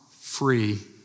free